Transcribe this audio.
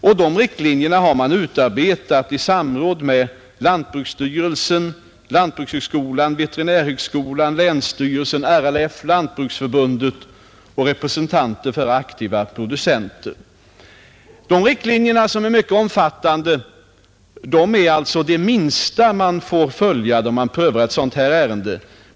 Dessa riktlinjer har utarbetats i samråd med lantbruksstyrelsen, lantbrukshögskolan, veterinärhögskolan, länsstyrelserna, RLF, Lantbruksförbundet och representanter för aktiva producenter. Riktlinjerna är mycket detaljerade och måste alltså följas när man prövar ett dylikt ärende.